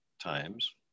times